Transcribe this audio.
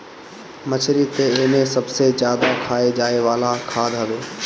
मछरी तअ एमे सबसे ज्यादा खाए जाए वाला खाद्य हवे